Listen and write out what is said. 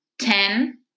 Ten